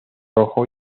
rojo